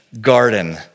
Garden